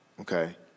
Okay